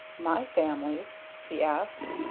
my family's? he asked,